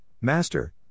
Master